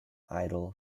idol